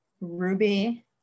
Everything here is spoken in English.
Ruby